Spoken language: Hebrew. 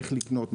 איך לקנות,